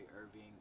Irving